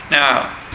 Now